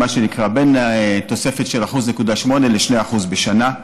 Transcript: מה שנקרא: בין תוספת של 1.8% ל-2% בשנה.